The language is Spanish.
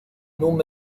núm